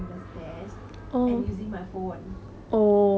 and I think I tripped and I fell and I think I sprained my ankle